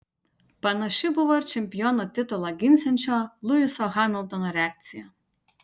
panaši buvo ir čempiono titulą ginsiančio luiso hamiltono reakcija